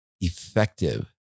effective